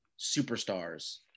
superstars